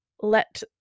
let